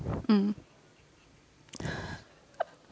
mm